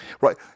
right